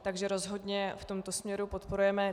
Takže rozhodně v tomto směru podporujeme.